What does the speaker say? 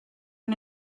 aan